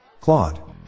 Claude